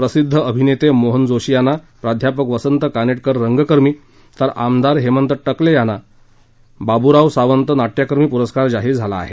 प्रसिद्ध अभिनेते मोहन जोशी यांना प्रा वसंत कानेटकर रंगकर्मी तर आमदार हेमंत टकले यांना बाब्राव सावंत नाट्यकर्मी पुरस्कार जाहीर झाला आहे